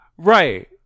right